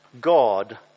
God